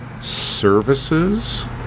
services